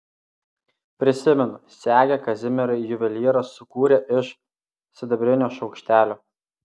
prisimenu segę kazimierai juvelyras sukūrė iš sidabrinio šaukštelio